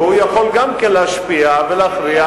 והוא יכול גם להשפיע ולהכריע,